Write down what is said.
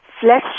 flesh